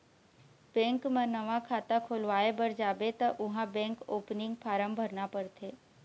bank म नवा खाता खोलवाए बर जाबे त उहाँ बेंक ओपनिंग फारम भरना परथे